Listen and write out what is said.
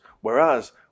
whereas